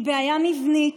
היא בעיה מבנית